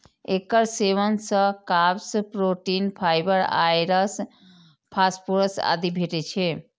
एकर सेवन सं carbs, protein, fibre, आयरस, फास्फोरस आदि भेटै छै